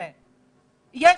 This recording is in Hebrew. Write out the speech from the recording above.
עליה.